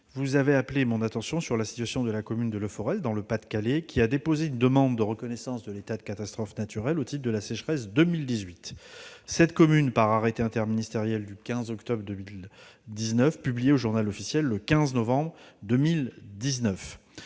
vous avez appelé mon attention sur la situation de la commune de Leforest, dans le Pas-de-Calais, qui a déposé une demande de reconnaissance de l'état de catastrophe naturelle au titre de la sécheresse de 2018. Par arrêté interministériel du 15 octobre 2019, publié au le 15 novembre 2019,